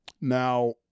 Now